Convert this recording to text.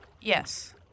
Yes